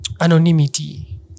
anonymity